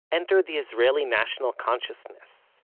entered the israeli national consciousness.